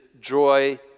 joy